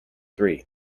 three